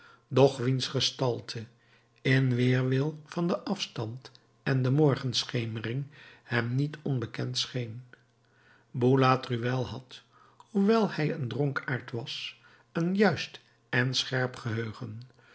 doch wiens gestalte in weerwil van den afstand en de morgenschemering hem niet onbekend scheen boulatruelle had hoewel hij een dronkaard was een juist en scherp geheugen